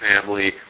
family